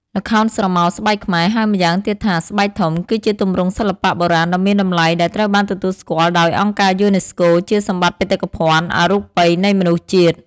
ល្ខោនស្រមោលស្បែកខ្មែរ ហៅម្យ៉ាងទៀតថា ស្បែកធំ គឺជាទម្រង់សិល្បៈបុរាណដ៏មានតម្លៃដែលត្រូវបានទទួលស្គាល់ដោយអង្គការយូណេស្កូជាសម្បត្តិបេតិកភណ្ឌវប្បធម៌អរូបីនៃមនុស្សជាតិ។